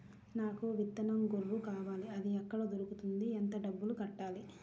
నాకు విత్తనం గొర్రు కావాలి? అది ఎక్కడ దొరుకుతుంది? ఎంత డబ్బులు కట్టాలి?